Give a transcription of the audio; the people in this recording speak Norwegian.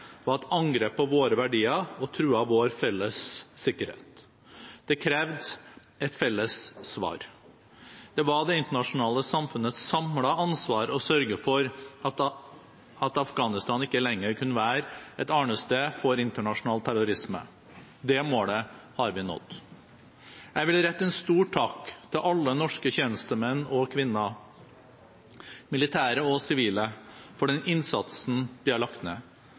2001 var et angrep på våre verdier og truet vår felles sikkerhet. Det krevde et felles svar. Det var det internasjonale samfunnets samlede ansvar å sørge for at Afghanistan ikke lenger kunne være et arnested for internasjonal terrorisme. Det målet har vi nådd. Jeg vil rette en stor takk til alle norske tjenestemenn og -kvinner, militære og sivile, for den innsatsen de har lagt ned.